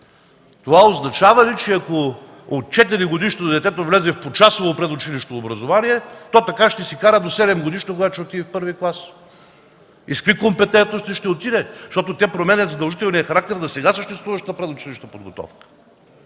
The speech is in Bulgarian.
Означава ли това, ако четиригодишно дете влезе почасово в училищното образование, то така ще си кара до седемгодишно, когато ще отиде в първи клас? С какви компетентности ще отиде, защото се променя задължителният характер на сега съществуващата предучилищна подготовка?